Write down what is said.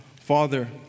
Father